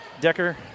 Decker